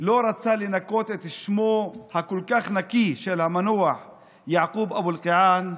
לא רצה לנקות את שמו הכל-כך נקי של המנוח יעקוב אבו אלקיעאן,